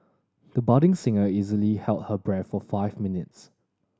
the budding singer easily held her breath for five minutes